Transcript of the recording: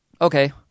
okay